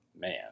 man